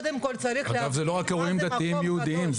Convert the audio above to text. זה לא רק אירועים דתיים יהודיים,